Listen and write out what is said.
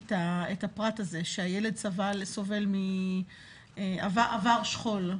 את הפרט הזה שהילד עבר שכול.